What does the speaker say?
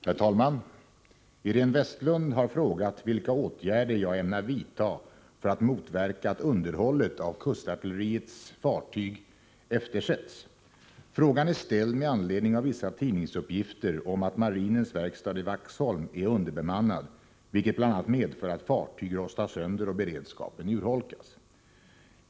Herr talman! Iréne Vestlund har frågat vilka åtgärder jag ämnar vidta för att motverka att underhållet av kustartilleriets fartyg eftersätts. Frågan är ställd med anledning av vissa tidningsuppgifter om att marinens verkstad i Vaxholm är underbemannad, vilket bl.a. medför att fartyg rostar sönder och beredskapen urholkas.